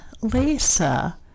Lisa